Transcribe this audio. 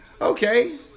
okay